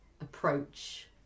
approach